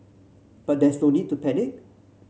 but there is no need to panic